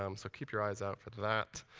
um so keep your eyes out for that.